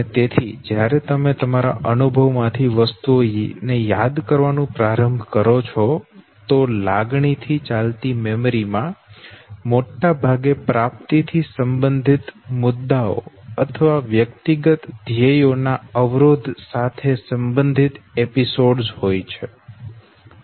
અને તેથી જ્યારે તમે તમારા અનુભવમાંથી વસ્તુઓને યાદ કરવાનું પ્રારંભ કરો છો તો લાગણી થી ચાલતી મેમરી માં મોટા ભાગે પ્રાપ્તિ થી સંબંધિત મુદ્દાઓ અથવા વ્યક્તિગત ધ્યેયો ના અવરોધ સાથે સંબંધિત એપિસોડ્સ હોય છે